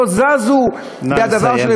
והם לא זזו מהדבר,